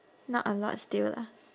not a lot still lah